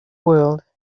world